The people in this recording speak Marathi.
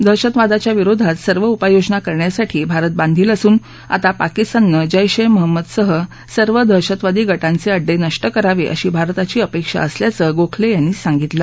दहशतवादाच्या विरोधात सर्व उपाययोजना करण्यासाठी भारत बांधील असून आता पाकिस्ताननं जैश ए महम्मदसह सर्व दहशतवादी गटांचे अड्डे नष्ट करावे अशी भारताची अपेक्षा असल्याचं गोखले यांनी सांगितलं